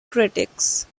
critics